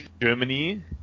Germany